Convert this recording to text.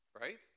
Right